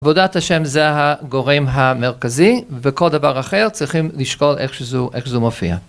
עבודת השם זה הגורם המרכזי, ובכל דבר אחר צריכים לשקול איך שזה מופיע.